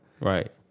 Right